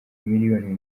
miliyoni